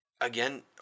again